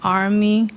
army